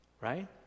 right